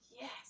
Yes